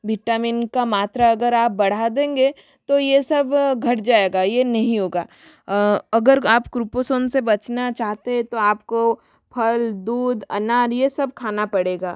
vitamin का मात्रा अगर आप बढ़ा देंगे तो यह सब घट जाएगा यह नहीं होगा अगर आप कुपोषण से बचना चाहते हैं तो आपको फल दूध अनार यह सब खाना पड़ेगा